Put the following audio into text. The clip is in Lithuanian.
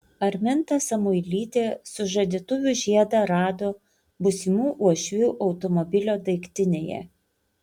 arminta samuilytė sužadėtuvių žiedą rado būsimų uošvių automobilio daiktinėje